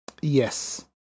Yes